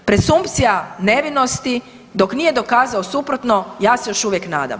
Presumpcija nevinosti, dok nije dokazao suprotno, ja se još uvijek nadam.